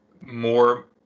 more